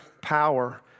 power